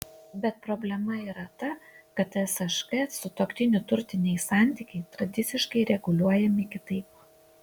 bet problema yra ta kad sšk sutuoktinių turtiniai santykiai tradiciškai reguliuojami kitaip